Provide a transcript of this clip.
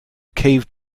cave